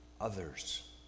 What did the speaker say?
others